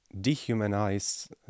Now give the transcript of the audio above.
dehumanize